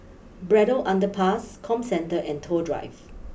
Braddell Underpass Comcentre and Toh Drive